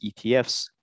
ETFs